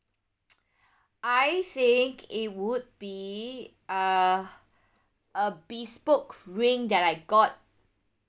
I think it would be uh a bespoke ring that I got